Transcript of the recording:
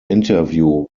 interview